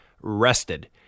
rested